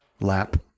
lap